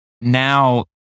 now